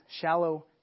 shallow